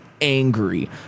angry